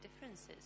differences